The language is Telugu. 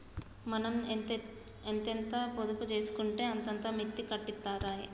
మనం ఎంతెంత పొదుపు జేసుకుంటే అంతంత మిత్తి కట్టిత్తరాయె